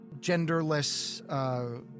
genderless